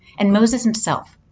and moses himself,